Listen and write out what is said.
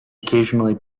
occasionally